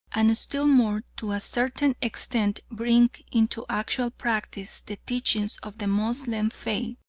and still more, to a certain extent bring into actual practice the teachings of the moslem faith,